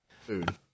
food